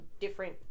different